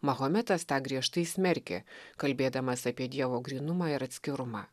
mahometas tą griežtai smerkė kalbėdamas apie dievo grynumą ir atskirumą